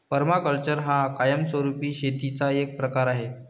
permaculture हा कायमस्वरूपी शेतीचा एक प्रकार आहे